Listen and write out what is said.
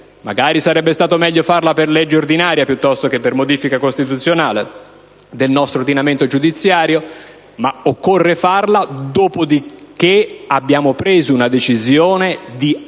magari sarebbe stato meglio farla per legge ordinaria, piuttosto che per modifica costituzionale del nostro ordinamento giudiziario - ma occorre farla dopo che abbiamo preso una decisione di vera